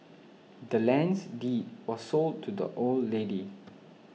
the land's deed was sold to the old lady